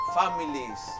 families